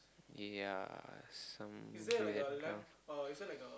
ya some weird kind of